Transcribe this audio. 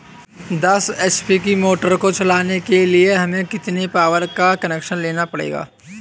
दस एच.पी की मोटर को चलाने के लिए हमें कितने पावर का कनेक्शन लेना पड़ेगा?